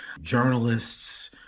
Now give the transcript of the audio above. journalists